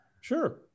Sure